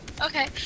Okay